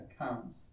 accounts